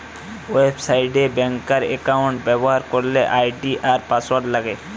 website এ banker account ব্যবহার করলে আই.ডি আর পাসওয়ার্ড লাগে